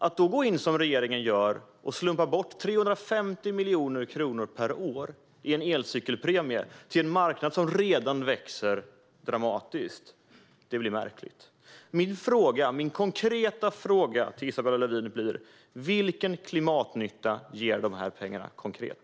Att då, som regeringen gör, gå in och slumpa bort 350 miljoner kronor per år i en elcykelpremie till en marknad som redan växer dramatiskt blir märkligt. Min konkreta fråga till Isabella Lövin är: Vilken klimatnytta ger dessa pengar konkret?